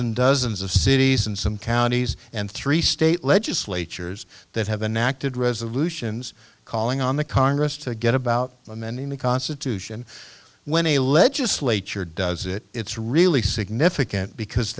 and dozens of cities and some counties and three state legislatures that haven't acted resolutions calling on the congress to get about amending the constitution when a legislature does it it's really significant because